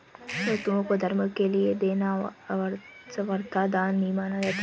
वस्तुओं को धर्म के लिये देना सर्वथा दान ही माना जाता है